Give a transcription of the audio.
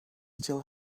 still